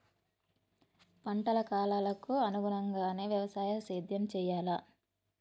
పంటల కాలాలకు అనుగుణంగానే వ్యవసాయ సేద్యం చెయ్యాలా?